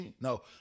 No